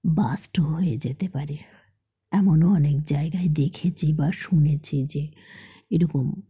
blast হয়ে যেতে পারে এমনও অনেক জায়গায় দেখেছি বা শুনেছি যে এরকম